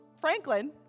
franklin